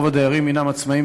רוב הדיירים הם עצמאיים,